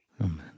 Amen